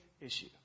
issue